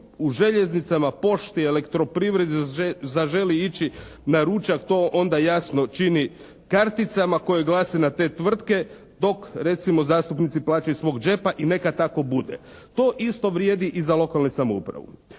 u željeznicama, pošti, elektroprivredi zaželi ići na ručak to onda jasno čini karticama koje glase na te tvrtke dok recimo zastupnici plaćaju iz svog đepa i neka tako bude. To isto vrijedi i za lokalnu samoupravu.